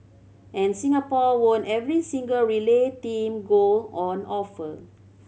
and Singapore won every single relay team gold on offer